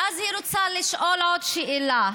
ואז היא רוצה לשאול עוד שאלה: